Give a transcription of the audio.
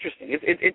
interesting